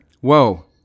Whoa